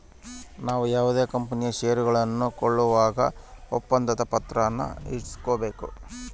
ನಾವು ಯಾವುದೇ ಕಂಪನಿಯ ಷೇರುಗಳನ್ನ ಕೊಂಕೊಳ್ಳುವಾಗ ಒಪ್ಪಂದ ಪತ್ರಾನ ಇಸ್ಕೊಬೇಕು